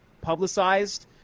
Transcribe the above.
publicized